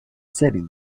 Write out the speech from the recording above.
setting